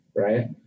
right